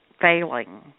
failing